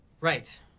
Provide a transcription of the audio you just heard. Right